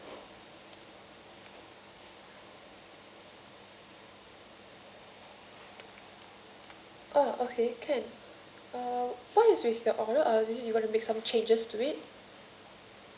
oh okay can uh what is with the order uh you even to make some changes to it